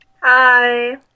Hi